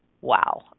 Wow